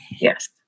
Yes